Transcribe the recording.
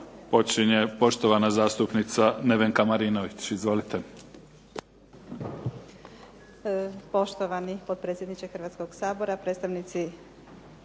počinje poštovana zastupnica Nevenka Marinović. Izvolite.